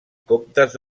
comtes